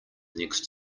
next